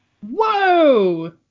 Whoa